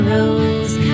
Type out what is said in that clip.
Rose